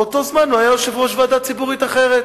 באותו הזמן הוא היה יושב-ראש ועדה ציבורית אחרת,